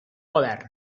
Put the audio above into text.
govern